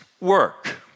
work